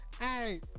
Hey